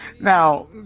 Now